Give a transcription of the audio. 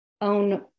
own